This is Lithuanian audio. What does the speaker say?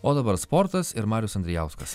o dabar sportas ir marius andrijauskas